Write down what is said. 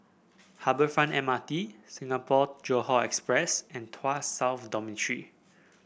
Harbour Front M R T Singapore Johore Express and Tuas South Dormitory